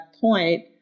point